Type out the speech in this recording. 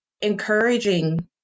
encouraging